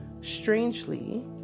Strangely